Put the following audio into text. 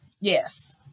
Yes